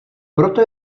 proto